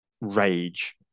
rage